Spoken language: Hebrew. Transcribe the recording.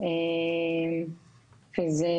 כדי